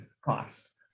cost